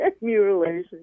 Mutilation